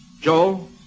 Joel